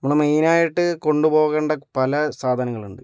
നമ്മൾ മെയിനായിട്ട് കൊണ്ടുപോകേണ്ട പല സാധനങ്ങളുണ്ട്